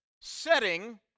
setting